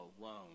alone